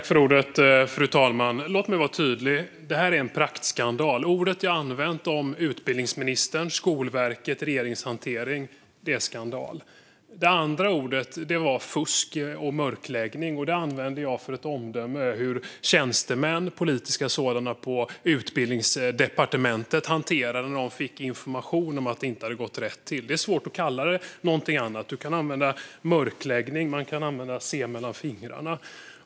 Fru talman! Låt mig vara tydlig: Det här är en praktskandal. Ordet jag använt om utbildningsministerns, Skolverkets och regeringens hantering är "skandal". Andra ord är "fusk" och "mörkläggning". Dem använde jag för ett omdöme om hur politiska tjänstemän på Utbildningsdepartementet hanterade det hela när de fick information om att det inte hade gått rätt till. Det är svårt att kalla det för någonting annat. Man kan kalla det mörkläggning eller att se mellan fingrarna.